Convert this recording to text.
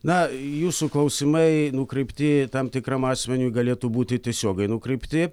na jūsų klausimai nukreipti tam tikram asmeniui galėtų būti tiesiogiai nukreipti